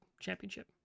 championship